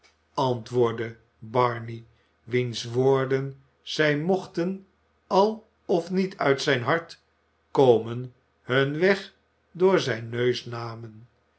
antwoordde barney wiens woorden zij mochten al of niet uit zijn hart komen hun weg door zijn neus namen